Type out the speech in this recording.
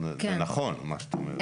זה נכון, מה שאת אומרת.